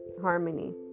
harmony